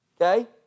Okay